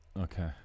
Okay